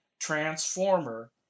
transformer